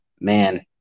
man